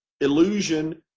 illusion